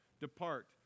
depart